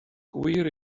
gwir